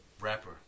rapper